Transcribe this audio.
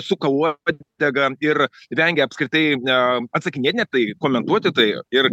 suka uodegą ir vengia apskritai eee atsakinėti net tai komentuoti tai ir